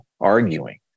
arguing